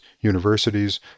universities